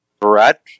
threat